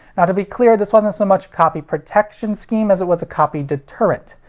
now to be clear, this wasn't so much copy protection scheme as it was a copy deterrent.